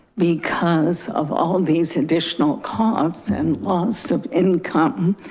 because of all these additional costs and loss of income,